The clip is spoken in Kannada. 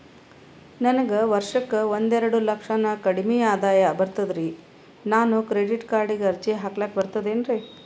ನನಗ ವರ್ಷಕ್ಕ ಒಂದೆರಡು ಲಕ್ಷಕ್ಕನ ಕಡಿಮಿ ಆದಾಯ ಬರ್ತದ್ರಿ ನಾನು ಕ್ರೆಡಿಟ್ ಕಾರ್ಡೀಗ ಅರ್ಜಿ ಹಾಕ್ಲಕ ಬರ್ತದೇನ್ರಿ?